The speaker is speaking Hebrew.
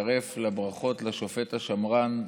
שתצטרף לברכות לשופט השמרן,